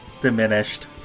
diminished